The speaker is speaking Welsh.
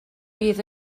bydd